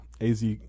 AZ